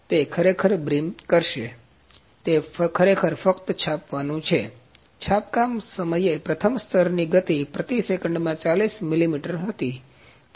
તેથી તે ખરેખર brim કરશે તે ખરેખર ફક્ત છાપવાનું છે છાપકામ સમયે પ્રથમ સ્તરની ગતિ પ્રતિ સેકંડમાં 40 મિલીમીટર હતી